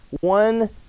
one